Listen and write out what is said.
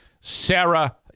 Sarah